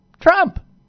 Trump